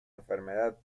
enfermedad